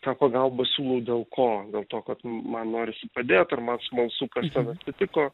tą pagalbą siūlau dėl ko dėl to kad man norisi padėt ar man smalsu kas ten atsitiko